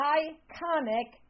iconic